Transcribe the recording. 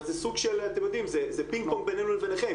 אתם יודעים, זה פינג-פונג בינינו לבינכם.